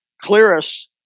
clearest